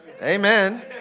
Amen